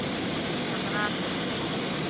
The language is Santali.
ᱦᱮᱸ ᱥᱟᱠᱨᱟᱛ